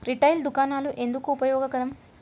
Retail దుకాణాలు ఎందుకు ఉపయోగకరం?